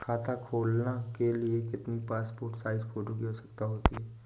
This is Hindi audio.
खाता खोलना के लिए कितनी पासपोर्ट साइज फोटो की आवश्यकता होती है?